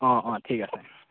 অঁ অঁ ঠিক আছে